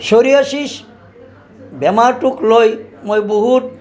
psoriasis বেমাৰটোক লৈ মই বহুত